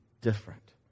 different